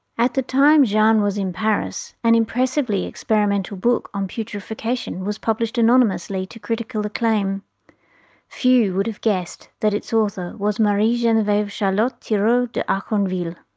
at the time jeanne was in paris, an impressively experimental book on putrefaction was published anonymously to critical acclaim few would have guessed that its author was marie-genevieve-charlotte thiroux d'arconville.